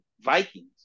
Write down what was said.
Vikings